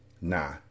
Nah